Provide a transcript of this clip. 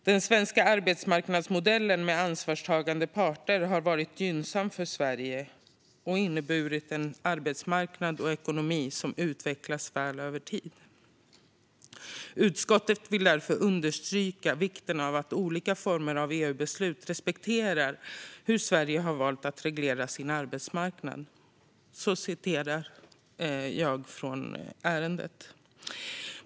Den svenska arbetsmarknadsmodellen med ansvarstagande parter har varit gynnsam för Sverige och inneburit en arbetsmarknad och ekonomi som utvecklats väl över tid. Utskottet vill därför understryka vikten av att olika former av EU-beslut respekterar hur Sverige har valt att reglera sin arbetsmarknad.